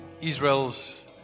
Israel's